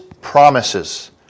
promises